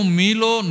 milo